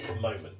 moment